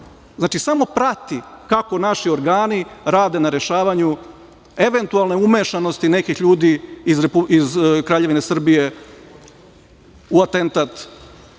prati kako naši organi rade na rešavanju eventualne umešanosti nekih ljudi iz Kraljevine Srbije u atentat